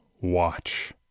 watch